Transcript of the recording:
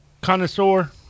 connoisseur